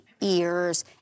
ears